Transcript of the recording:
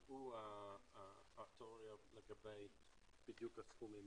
יוכלו לומר את הסכומים.